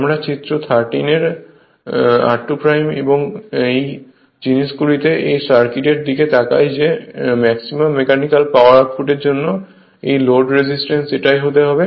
আমরা চিত্র 13 এর r2 এবং এই জিনিসগুলিতে এই সার্কিটের দিকে তাকাই যে ম্যাক্সিমাম মেকানিক্যাল পাওয়ার আউটপুটের জন্য এই লোড রেজিস্ট্যান্স এটাই হতে হবে